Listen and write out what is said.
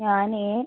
ഞാനേ